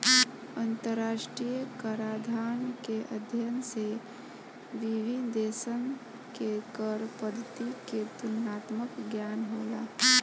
अंतरराष्ट्रीय कराधान के अध्ययन से विभिन्न देशसन के कर पद्धति के तुलनात्मक ज्ञान होला